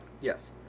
Yes